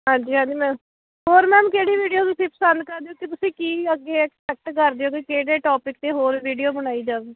ਹਾਂਜੀ ਹਾਂਜੀ ਮੈ ਹੋਰ ਮੈਮ ਕਿਹੜੀ ਵੀਡੀਓ ਤੁਸੀਂ ਪਸੰਦ ਕਰਦੇ ਹੋ ਤੁਸੀਂ ਕੀ ਅੱਗੇ ਐਕਸਪੈਕਟ ਕਰਦੇ ਹੋ ਤੁਸੀਂ ਕਿਹੜੇ ਟੋਪਿਕ 'ਤੇ ਹੋਰ ਵੀਡੀਓ ਬਣਾਈ ਜਾਵੇ